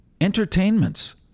entertainments